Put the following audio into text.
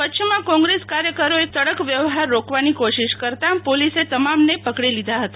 કચ્છમાં કોંગ્રેસ કાર્યકરોએ સડક વ્યવહાર રોકવાની કોશિશ કરતાં પોલીસે તમામને પકડી લીધા હતા